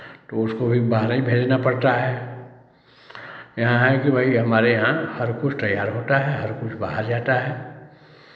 तो उसको भी बाहरे भेजना पड़ता है यहाँ है कि भाई हमारे यहाँ हर कुछ तैयार होता है हर कुछ बाहर जाता है